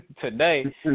today